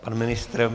Pan ministr?